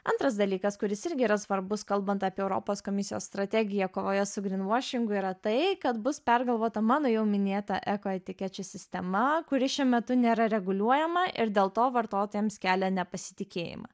antras dalykas kuris irgi yra svarbus kalbant apie europos komisijos strategiją kovoje su gryn vašingu yra tai kad bus pergalvota mano jau minėta eko etikečių sistema kuri šiuo metu nėra reguliuojama ir dėl to vartotojams kelia nepasitikėjimą